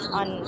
on